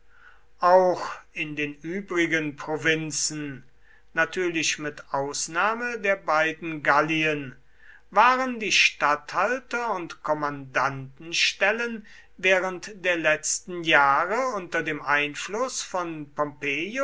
auch in den übrigen provinzen natürlich mit ausnahme der beiden gallien waren die statthalter und kommandantenstellen während der letzten jahre unter dem einfluß von